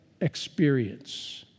experience